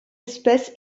espèce